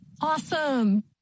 Awesome